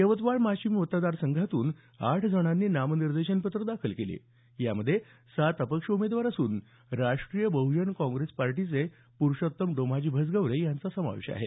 यवतमाळ वाशिम मतदारसंघातून आठ जणांनी नाम निर्देशन पत्रं दाखल केले यामध्ये सात अपक्ष उमेदवार असून राष्ट्रीय बहुजन काँग्रेस पार्टीचे पुरुषोत्तम डोमाजी भजगवरे यांचा समावेश आहे